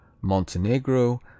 Montenegro